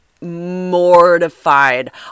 mortified